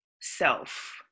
self